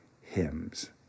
hymns